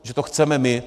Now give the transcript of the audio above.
Že to chceme my.